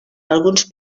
alguns